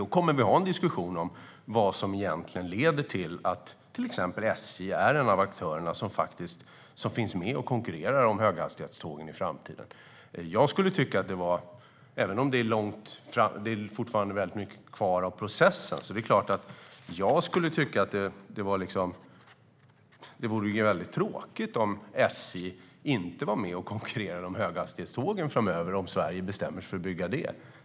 Då kommer vi att ha en diskussion om vad som egentligen leder till att exempelvis SJ är en av de aktörer som finns med och konkurrerar om höghastighetstågen i framtiden. Jag skulle tycka - även om det fortfarande är mycket kvar av processen - att det vore tråkigt om SJ inte var med och konkurrerade om höghastighetstågen framöver, om Sverige bestämmer sig för att bygga det.